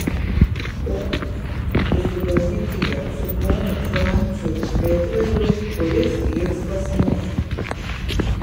ponios susipažinkite su ponu franciu petreliu kuris liks pas mus